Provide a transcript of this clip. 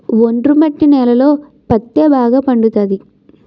ఒండ్రు మట్టి నేలలలో పత్తే బాగా పండుతది